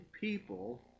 people